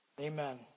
Amen